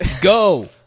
Go